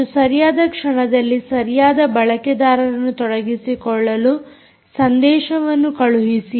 ಮತ್ತು ಸರಿಯಾದ ಕ್ಷಣದಲ್ಲಿ ಸರಿಯಾದ ಬಳಕೆದಾರರನ್ನು ತೊಡಗಿಸಿಕೊಳ್ಳಲು ಸಂದೇಶವನ್ನು ಕಳುಹಿಸಿ